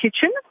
kitchen